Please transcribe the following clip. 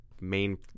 main